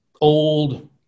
old